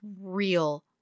real